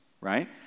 right